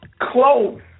Close